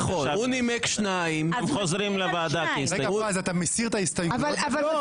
הם חוזרים לוועדה כהסתייגות.